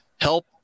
help